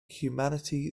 humanity